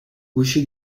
uscì